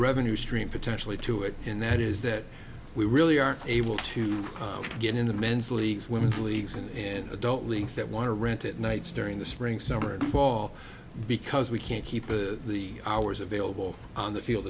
revenue stream potentially to it and that is that we really are able to get in the men's leagues women's leagues in adult leagues that want to rent it nights during the spring summer and fall because we can't keep the the hours available on the field